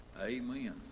Amen